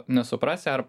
nesuprasi ar